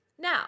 Now